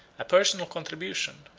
a personal contribution,